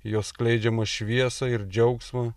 jo skleidžiamą šviesą ir džiaugsmą